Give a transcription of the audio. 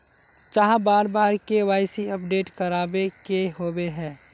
चाँह बार बार के.वाई.सी अपडेट करावे के होबे है?